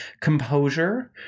Composure